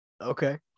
Okay